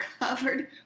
covered